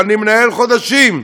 ואני מנהל חודשים,